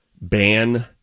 ban